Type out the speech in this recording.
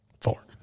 four